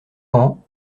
ans